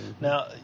Now